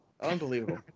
Unbelievable